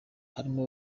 harimo